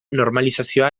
normalizazioa